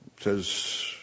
says